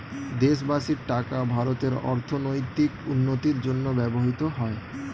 দেশবাসীর টাকা ভারতের অর্থনৈতিক উন্নতির জন্য ব্যবহৃত হয়